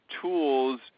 tools